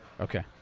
okay